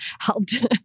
helped